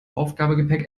aufgabegepäck